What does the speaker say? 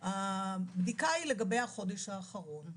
הבדיקה היא לגבי החודש האחרון.